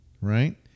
right